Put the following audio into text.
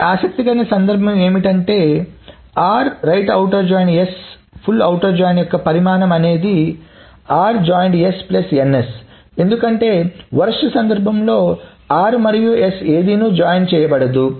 మరింత ఆసక్తికరమైన సందర్భం ఏమిటంటే r ⟗ s యొక్క పరిమాణం అనేది r ⋈ s nsఎందుకంటే వరస్ట్ సందర్భంలో r మరియు s ఏదీను జాయిన్ చేయబడదు